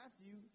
matthew